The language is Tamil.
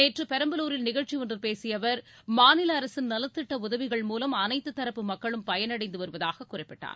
நேற்று பெரம்பலூரில் நிகழ்ச்சியொன்றில் பேசிய அவர் மாநில அரசின் நலத்திட்ட உதவிகள் மூலம் அனைத்து தரப்பு மக்களும் பயனடைந்து வருவதாக குறிப்பிட்டார்